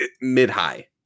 mid-high